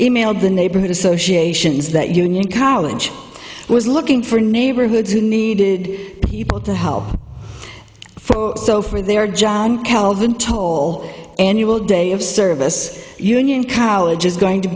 emailed the neighborhood associations that union college was looking for neighborhoods who needed people to help for so for they are john calvin toll annual day of service union college is going to